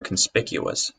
conspicuous